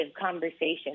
conversation